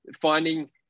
finding